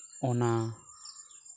ᱚᱱᱟ